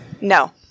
No